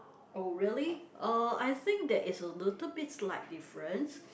oh really uh I think there is a little bit slight difference